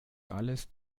alles